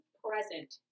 present